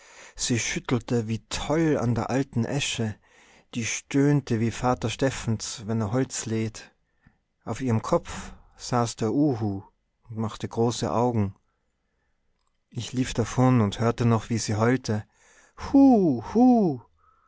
sie schüttelte wie toll an der alten esche die stöhnte wie vater steffens wenn er holz lädt auf ihrem kopf saß der uhu und machte große augen ich lief davon und hörte noch wie sie heulte